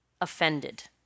offended